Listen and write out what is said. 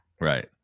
Right